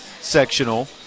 sectional